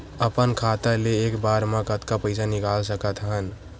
अपन खाता ले एक बार मा कतका पईसा निकाल सकत हन?